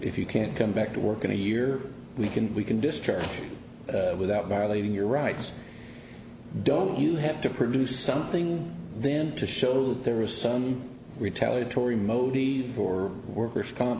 if you can't come back to work in a year we can we can discharge without violating your rights don't you have to produce something then to show that there is some retaliatory mody or workers comp